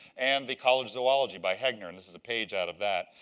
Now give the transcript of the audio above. and the college zoology by hegner, and this is a page out of that.